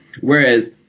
Whereas